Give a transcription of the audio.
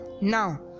Now